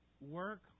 work